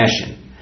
fashion